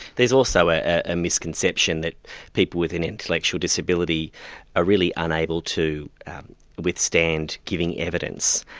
there's also a and misconception that people with an intellectual disability are really unable to withstand giving evidence,